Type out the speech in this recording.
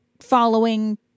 following